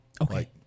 Okay